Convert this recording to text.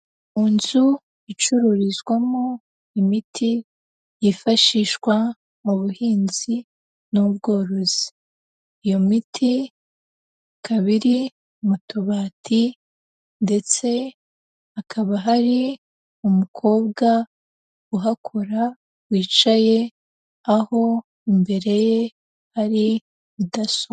Mu nzu icururizwamo imiti yifashishwa mu buhinzi n'ubworozi. Iyo miti ikaba iri mu tubati ndetse hakaba hari umukobwa uhakora, wicaye aho imbere ye hari mudaso...